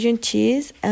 cheese